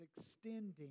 extending